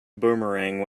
boomerang